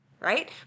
Right